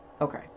Okay